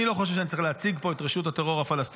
אני לא חושב שאני צריך להציג פה את רשות הטרור הפלסטינית,